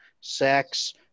sex